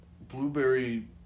blueberry